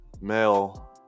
male